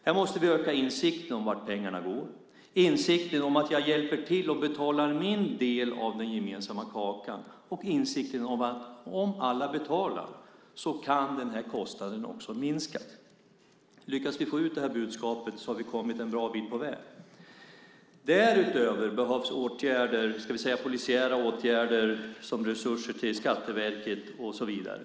Här måste vi öka insikten om vart pengarna går, insikten om att man hjälper till att betala sin del av den gemensamma kakan och insikten om att kostnaden kan minska om alla betalar. Lyckas vi få ut det budskapet har vi kommit en bra bit på väg. Därutöver behövs polisiära åtgärder, som resurser till Skatteverket och så vidare.